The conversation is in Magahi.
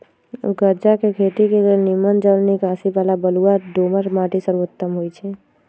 गञजा के खेती के लेल निम्मन जल निकासी बला बलुआ दोमट माटि सर्वोत्तम होइ छइ